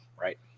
right